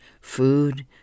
food